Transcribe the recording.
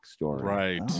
Right